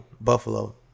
Buffalo